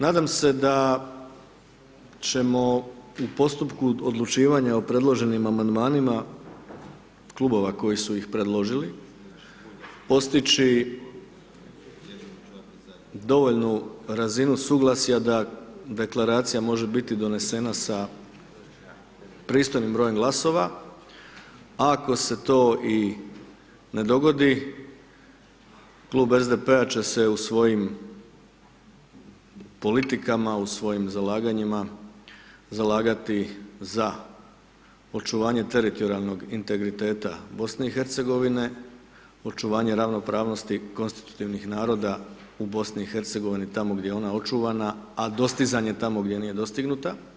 Nadam se da ćemo u postupku odlučivanja o predloženim amandmanima klubova koji su iz predložili postići dovoljnu razinu suglasja da deklaracija može biti donesena sa pristojnim brojem glasova, ako se to i ne dogodi Klub SDP-a će se u svojim politika, u svojim zalaganjima zalagati za očuvanje teritorijalnog integriteta BiH, očuvanje ravnopravnosti konstitutivnih naroda BiH tamo gdje je ona očuvana, a dostizanje tamo gdje nije dostignuta.